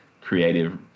creative